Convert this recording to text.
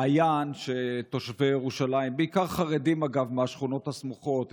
מעיין שתושבי ירושלים מהשכונות הסמוכות,